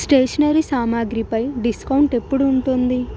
stationery సామాగ్రిపై discount ఎప్పుడు ఉంటుంది